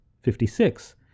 Fifty-six